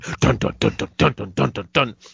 dun-dun-dun-dun-dun-dun-dun-dun-dun